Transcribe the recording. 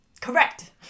correct